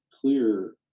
clear